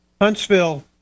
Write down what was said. Huntsville